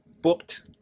booked